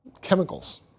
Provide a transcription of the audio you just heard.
chemicals